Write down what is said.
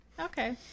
Okay